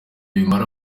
bimara